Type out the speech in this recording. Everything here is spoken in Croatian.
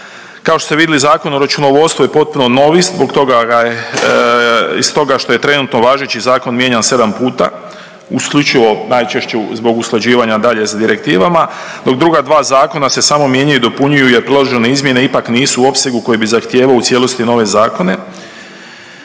Kao što ste vidjeli Zakon o računovodstvu je potpuno novi zbog toga ga je, iz toga što je trenutno važeći zakon mijenjan 7 puta isključivo najčešće zbog usklađivanja dalje s direktivama, dok druga dva zakona se samo mijenjaju i dopunjuju jer priložene izmjene ipak nisu u opsegu koji bi zahtijevao u cijelosti nove zakone.